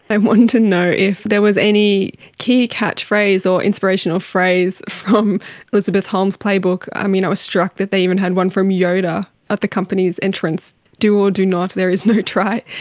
i wanted to know if there was any key catchphrase or inspirational phrase from elizabeth holmes' playbook. i you know was struck that they even had one from yoda at the company's entrance do or do not, there is no try'.